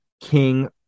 King